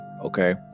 okay